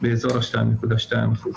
באזור ה-2.2%.